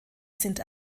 sind